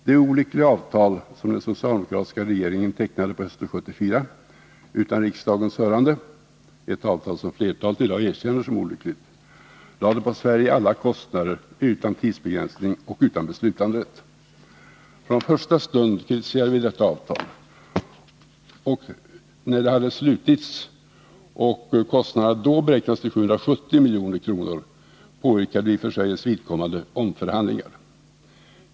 Det olyckliga avtal som den socialdemokratiska regeringen tecknade på hösten 1974 utan riksdagens hörande — ett avtal som flertalet i dag erkänner som olyckligt — lade på Sverige alla kostnader utan tidsbegränsning och utan beslutanderätt. Från första stund kritiserade vi detta avtal, och när det hade slutits och kostnaderna då beräknades till 770 milj.kr. påyrkade vi för Sveriges vidkommande omförhandlingar.